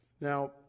Now